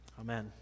Amen